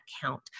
count